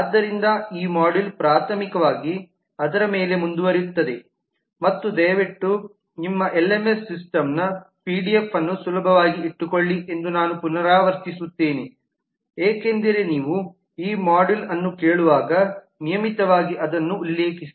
ಆದ್ದರಿಂದ ಈ ಮಾಡ್ಯೂಲ್ ಪ್ರಾಥಮಿಕವಾಗಿ ಅದರ ಮೇಲೆ ಮುಂದುವರಿಯುತ್ತದೆ ಮತ್ತು ದಯವಿಟ್ಟು ನಿಮ್ಮ ಎಲ್ಎಂಎಸ್ ಸಿಸ್ಟಮ್ನ ಪಿಡಿಎಫ್ ಅನ್ನು ಸುಲಭವಾಗಿ ಇಟ್ಟುಕೊಳ್ಳಿ ಎಂದು ನಾನು ಪುನರಾವರ್ತಿಸುತ್ತೇನೆ ದಯವಿಟ್ಟು ನೀವು ಈ ಮಾಡ್ಯೂಲ್ ಅನ್ನು ಕೇಳುವಾಗ ನಿಯಮಿತವಾಗಿ ಅದನ್ನು ಉಲ್ಲೇಖಿಸಿ